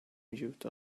mute